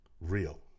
real